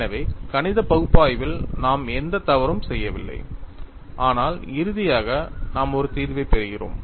எனவே கணித பகுப்பாய்வில் நாம் எந்த தவறும் செய்யவில்லை ஆனால் இறுதியாக நாம் ஒரு தீர்வைப் பெறுகிறோம்